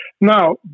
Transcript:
Now